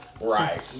Right